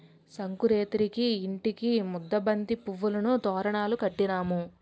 సంకురేతిరికి ఇంటికి ముద్దబంతి పువ్వులను తోరణాలు కట్టినాము